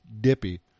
dippy